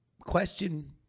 question